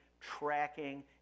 tracking